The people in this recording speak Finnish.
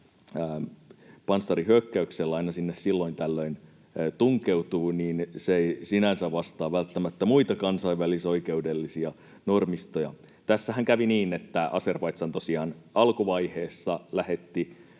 panssarihyökkäyksellä sinne aina silloin tällöin tunkeutuu, niin se ei sinänsä vastaa välttämättä muita kansainvälisoikeudellisia normistoja. Tässähän kävi niin, että Azerbaidžan tosiaan alkuvaiheessa lähetti